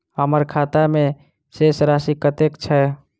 हम्मर खाता मे शेष राशि कतेक छैय?